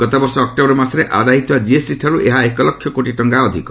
ଗତବର୍ଷ ଅକ୍ଟୋବର ମାସରେ ଆଦାୟ ହୋଇଥିବା କିଏସ୍ଟି ଠାରୁ ଏହା ଏକ ଲକ୍ଷ କୋଟି ଟଙ୍କା ଅଧିକ